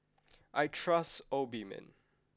I trust Obimin